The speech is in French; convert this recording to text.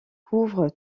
couvre